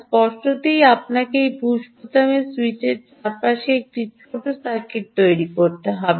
স্পষ্টতই আপনাকে এই পুশ বোতামের সুইচের চারপাশে একটি ছোট সার্কিট তৈরি করতে হবে